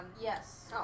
yes